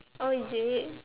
oh is it